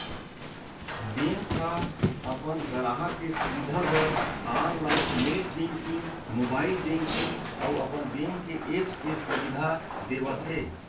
bank ह अपन गराहक के सुबिधा बर online net banking, mobile banking अउ अपन बेंक के ऐप्स के सुबिधा देवत हे